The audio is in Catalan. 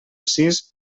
sis